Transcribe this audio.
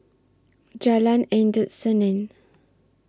Jalan Endut Senin